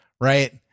right